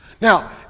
Now